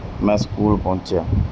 ਮੈਂ ਸਕੂਲ ਪਹੁੰਚਿਆ